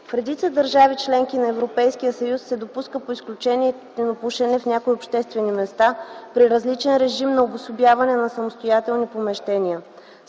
В редица държави – членки на Европейския съюз, се допуска по изключение тютюнопушене в някои обществени места при различен режим на обособяване на самостоятелни помещения.